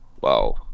wow